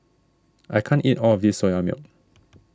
I can't eat all of this Soya Milk